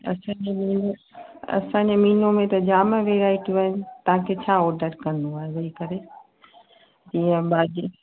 असांजे मीनू असांजे मीनू में त जाम वैरायटियूं आहिनि तव्हांखे छा ऑडर करिणो आहे वेही करे इअं भाॼी